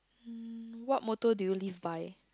hmm what motto do you live by